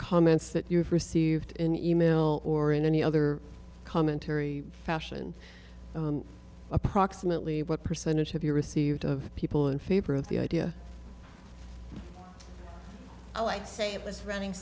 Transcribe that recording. comments that you've received in email or in any other commentary fashion approximately what percentage have you received of people in favor of the idea i would say it was running